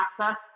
access